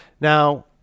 Now